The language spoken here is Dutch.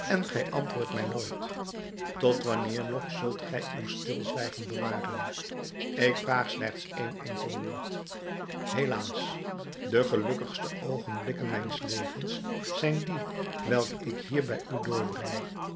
antwoordt mij nooit tot wanneer nog zult gij uw stilzwijgen bewaren ik vraag slechts één enkel woord helaas de gelukkigste oogenblikken mijns levens zijn die welke ik hier bij u